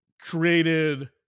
created